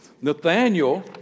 Nathaniel